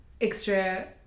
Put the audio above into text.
extra